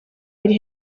biri